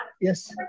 Yes